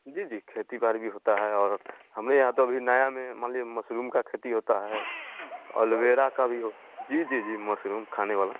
जी जी खेती बाड़ी भी होती है और हमारे यहाँ तो अभी नाया में मान लिए मसरूम की खेती होती है अलो वेरा का भी हो जी जी जी मसरूम खाने वाला